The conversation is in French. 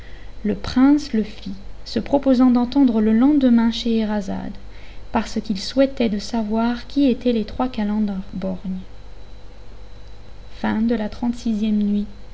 ce prince le fit se proposant d'entendre le lendemain scheherazade parce qu'il souhaitait de savoir qui étaient les trois calenders borgnes xxxvii nuit